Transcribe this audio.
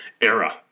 era